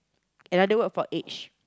another word for age